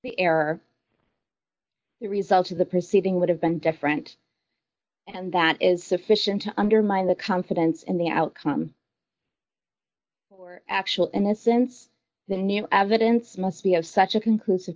error the result of the proceeding would have been different and that is sufficient to undermine the confidence in the outcome actual innocence the new evidence must be of such a conclusive